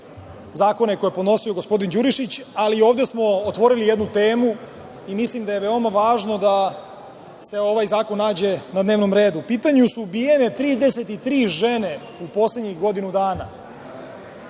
zakone koje je podnosio gospodin Đurišić, ali ovde smo otvorili jednu temu i mislim da je veoma važno da se ovaj zakon nađe na dnevnom redu.U pitanju su ubijene 33 žene u poslednjih godinu dana,